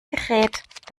gerät